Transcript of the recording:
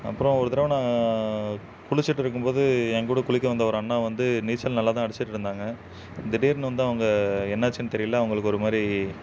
அப்புறம் ஒரு தடவ நான் குளிச்சுட்ருக்கும்போது என் கூட குளிக்க வந்த ஒரு அண்ணா வந்து நீச்சல் நல்லா தான் அடிச்சுட்ருந்தாங்க திடீரெனு வந்து அவங்க என்னாச்சுன்னு தெரியல அவங்களுக்கு ஒரு மாதிரி